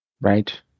Right